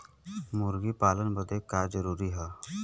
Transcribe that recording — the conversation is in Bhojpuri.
मुर्गी पालन बदे का का जरूरी ह?